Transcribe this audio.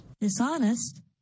dishonest